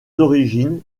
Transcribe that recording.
origines